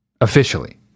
officially